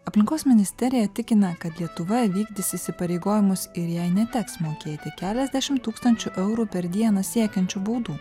aplinkos ministerija tikina kad lietuva įvykdys įsipareigojimus ir jai neteks mokėti keliasdešimt tūkstančių eurų per dieną siekiančių baudų